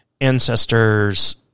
ancestors